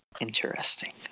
Interesting